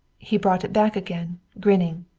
he brought it back again, grinning.